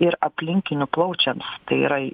ir aplinkinių plaučiams tai yra